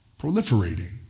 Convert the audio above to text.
proliferating